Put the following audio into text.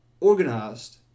organized